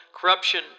corruption